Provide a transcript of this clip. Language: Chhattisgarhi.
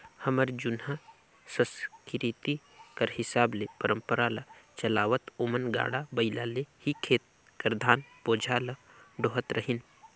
हमर जुनहा संसकिरती कर हिसाब ले परंपरा ल चलावत ओमन गाड़ा बइला ले ही खेत कर धान बोझा ल डोहत रहिन